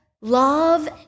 love